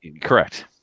Correct